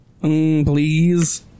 please